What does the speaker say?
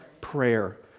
prayer